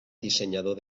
dissenyador